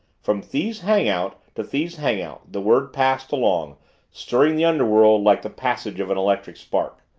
from thieves' hangout to thieves' hangout the word passed along stirring the underworld like the passage of an electric spark.